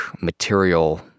material